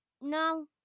no